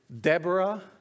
Deborah